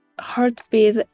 heartbeat